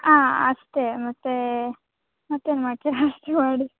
ಹಾಂ ಅಷ್ಟೆ ಮತ್ತೆ ಮತ್ತೇನು ಮಾಡ್ತೀರಾ ಮಾಡಿ